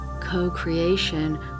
co-creation